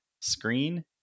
screen